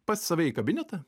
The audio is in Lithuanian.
pas save į kabinetą